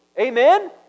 Amen